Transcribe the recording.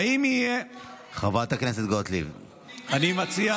איך קשור